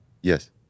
Yes